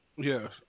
Yes